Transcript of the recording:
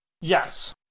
Yes